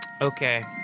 okay